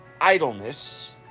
idleness